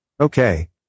Okay